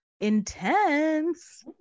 intense